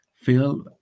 feel